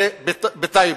זה בטייבה,